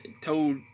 told